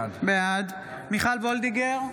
בעד מיכל מרים וולדיגר,